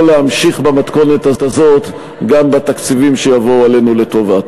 להמשיך במתכונת הזאת גם בתקציבים שיבואו עלינו לטובה.